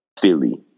Philly